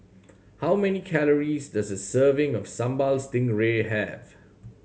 how many calories does a serving of Sambal Stingray have